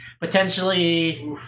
Potentially